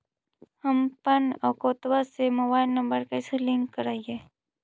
हमपन अकौउतवा से मोबाईल नंबर कैसे लिंक करैइय?